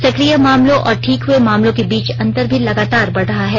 सक्रिय मामलों और ठीक हुए मामलों के बीच अंतर भी लगातार बढ़ रहा है